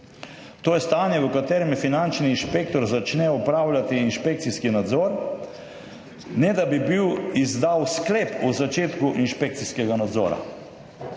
To je stanje, v katerem finančni inšpektor začne opravljati inšpekcijski nadzor, ne da bi izdal sklep o začetku inšpekcijskega nadzora.